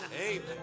Amen